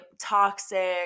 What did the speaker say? toxic